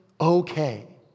okay